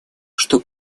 что